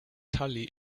tully